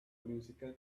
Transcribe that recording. musical